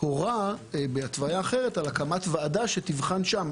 הורה בהתוויה אחרת על הקמת ועדה שתבחן שם,